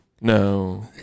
No